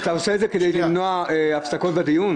הכוונה --- אתה עושה את זה כדי למנוע הפסקות בדיון?